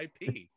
ip